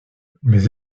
mais